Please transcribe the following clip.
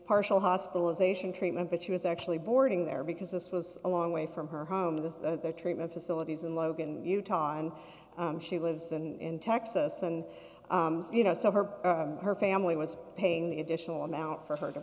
partial hospitalization treatment but she was actually boarding there because this was a long way from her home of the treatment facilities in logan utah and she lives in texas and you know so her her family was paying the additional amount for her